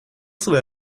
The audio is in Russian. свои